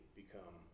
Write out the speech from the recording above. become